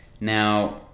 Now